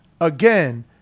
again